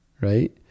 Right